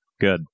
good